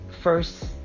first